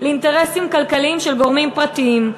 לאינטרסים כלכליים של גורמים פרטיים.